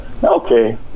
Okay